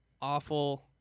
awful